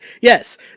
Yes